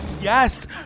Yes